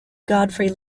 godfrey